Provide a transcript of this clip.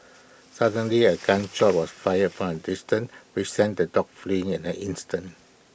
suddenly A gun shot was fired from A distance which sent the dogs fleeing in an instant